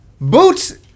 boots